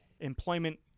employment